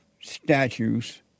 statues